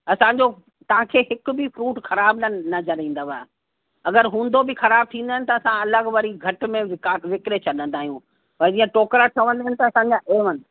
असांजो तव्हांखे हिक बि फ्रूट ख़राबु न नज़र ईंदव अगरि हूंदो बि ख़राबु थींदा आहिनि त असां अलॻि वरी घटि में विका विकिड़े छॾंडा आहियूं बाक़ी इअं टोकरा ठहंदा आहिनि त असांजा एवन